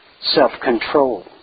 self-control